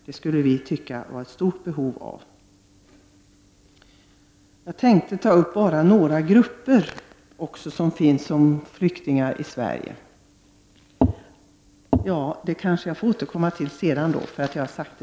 Jag hade för avsikt att ta upp och diskutera några grupper som finns som flyktingar i Sverige, men det får jag återkomma till senare.